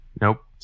Nope